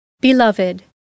Beloved